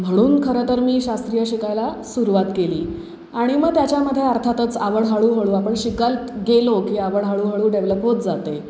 म्हणून खरं तर मी शास्त्रीय शिकायला सुरवात केली आणि मग त्याच्यामध्ये अर्थातच आवड हळूहळू आपण शिकत गेलो की आवड हळूहळू डेव्हलप होत जाते